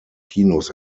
kinos